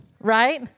right